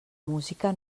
música